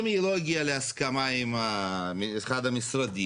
אם היא לא הגיע להסכמה עם אחד המשרדים,